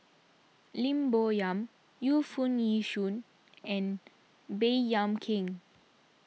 Lim Bo Yam Yu Foo Yee Shoon and Baey Yam Keng